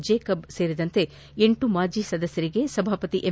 Jacob ಸೇರಿದಂತೆ ಎಂಟು ಮಾಜಿ ಸದಸ್ವರಿಗೆ ಸಭಾಪತಿ ಎಂ